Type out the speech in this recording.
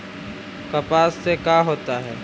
कपास से का होता है?